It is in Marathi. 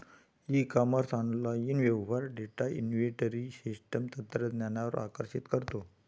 ई कॉमर्स ऑनलाइन व्यवहार डेटा इन्व्हेंटरी सिस्टम तंत्रज्ञानावर आकर्षित करतो